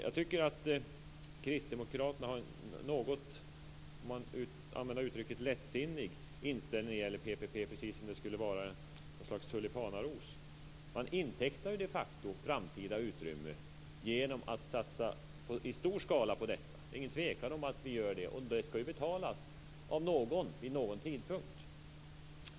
Jag tycker att Kristdemokraterna har en något lättsinnig - om jag får använda det uttrycket - inställning till PPP, precis som om det skulle vara något slags tulipanaros. Vi intecknar ju de facto framtida utrymme genom att satsa i stor skala på detta. Det är ingen tvekan om att vi gör det. Det ska ju betalas av någon vid någon tidpunkt.